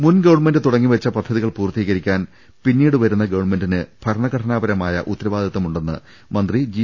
മുൻ ഗവർണമെന്റ് തുടങ്ങി വെച്ച പദ്ധതികൾ പൂർത്തീകരിക്കാൻ പിന്നീടു വരുന്ന ഗവൺമെന്റിന് ഭരണഘടനാപരമായ ഉത്തരവാദി ത്തമുണ്ടെന്ന് മന്ത്രി ജി